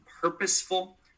purposeful